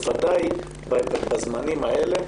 בוודאי בזמנים האלה,